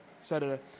Saturday